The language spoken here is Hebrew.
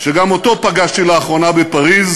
שגם אותו פגשתי לאחרונה בפריז,